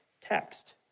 text